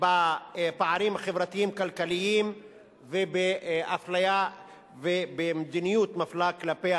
בפערים החברתיים-כלכליים ובאפליה ובמדיניות מפלה כלפי